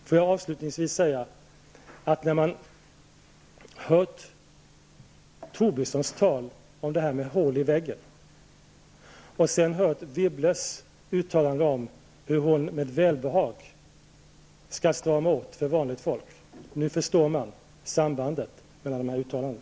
Får jag avslutningsvis säga att när man har hört Lars Tobissons tal om hål i väggen och sedan hört Anne Wibbles uttalande om hur hon med välbehag skall stå emot för vanligt folk, förstår man sambandet mellan dessa uttalanden.